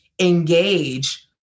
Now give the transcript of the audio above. engage